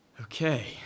Okay